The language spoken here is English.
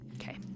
Okay